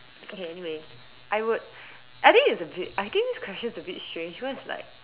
okay anyway I would I think it's a bit I think this question is a bit strange cause like